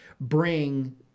bring